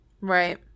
Right